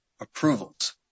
approvals